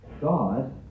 God